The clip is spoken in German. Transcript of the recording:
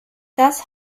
das